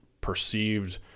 perceived